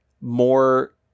more